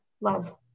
love